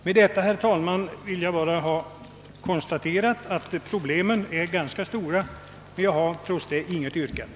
Med dessa ord, herr talman, har jag velat konstatera att problemen är ganska stora, men jag har trots det inget yrkande.